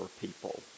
people